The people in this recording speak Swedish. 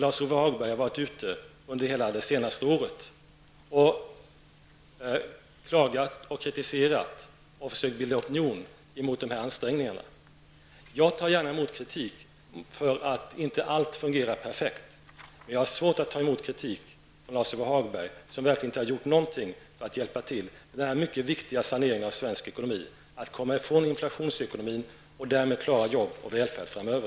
Lars-Ove Hagberg har under hela det senaste året varit ute och klagat, kritiserat och försökt bilda opinion mot våra ansträngningar. Jag tar gärna emot kritik för att inte allt fungerar perfekt, men jag har svårt att ta emot kritik från Lars-Ove Hagberg som verkligen inte har gjort någonting för att hjälpa till i den här mycket viktiga saneringen av svensk ekonomi: att komma ifrån inflationsekonomin och därmed klara arbete och välfärd framöver.